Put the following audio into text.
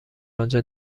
انجا